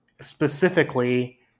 specifically